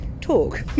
talk